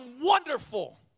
wonderful